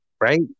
right